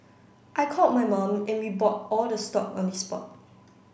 I called my mum and we bought all the stock on the spot